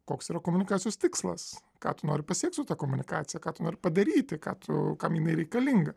koks yra komunikacijos tikslas ką tu nori pasiekti su ta komunikacija ką tu nori padaryti ką tu kam jinai reikalinga